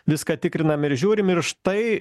viską tikrinam ir žiūrim ir štai